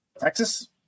Texas